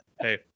hey